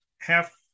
half